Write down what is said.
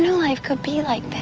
life. copyright